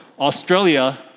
Australia